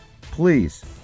Please